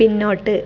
പിന്നോട്ട്